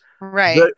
Right